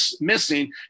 missing